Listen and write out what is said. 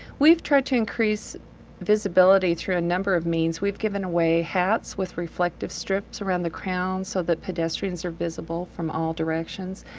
we've tried to increase visibility through a number of means. we've given away hats with reflective strips around the crown so that pedestrians are visible from all directions.